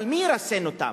אבל מי ירסן אותם?